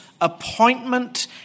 appointment